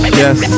yes